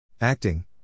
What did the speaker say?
Acting